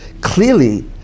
Clearly